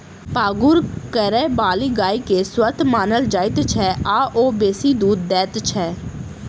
पागुर करयबाली गाय के स्वस्थ मानल जाइत छै आ ओ बेसी दूध दैत छै